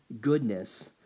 goodness